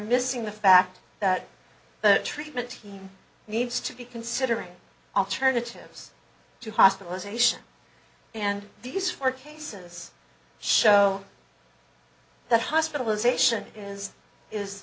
missing the fact that the treatment team needs to be considering alternatives to hospitalisation and these four cases show that hospitalization is is